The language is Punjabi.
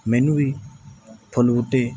ਮੈਨੂੰ ਵੀ ਫੁੱਲ ਬੂਟੇ